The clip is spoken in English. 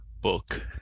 Book